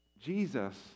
Jesus